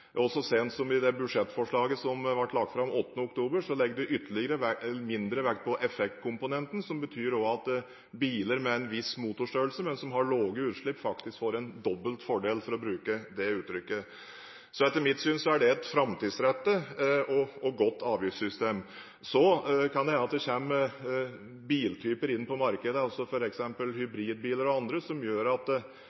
Så sent som i det budsjettforslaget som ble lagt fram 8. oktober, legger vi mindre vekt på effektkomponenten, noe som også betyr at biler med en viss motorstørrelse, men som har lave utslipp, faktisk får en dobbelt fordel, for å bruke det uttrykket. Etter mitt syn er det et framtidsrettet og godt avgiftssystem. Så kan det hende at det kommer biltyper inn på markedet,